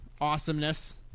awesomeness